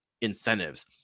incentives